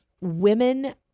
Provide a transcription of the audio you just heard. women –